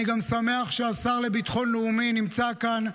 אני שמח שהשר לביטחון לאומי נמצא כאן,